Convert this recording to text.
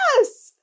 Yes